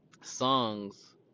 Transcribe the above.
Songs